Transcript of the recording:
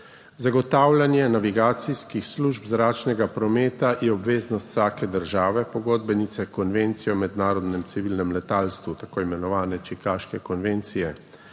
Zagotavljanje navigacijskih služb zračnega prometa je obveznost vsake države pogodbenice Konvencije o mednarodnem civilnem letalstvu, tako imenovane Čikaške konvencije.